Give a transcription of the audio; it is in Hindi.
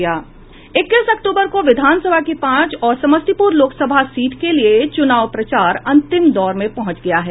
इक्कीस अक्टूबर को विधानसभा की पांच और समस्तीपूर लोकसभा सीट के लिये चुनाव प्रचार अंतिम दौर में पहुंच गया है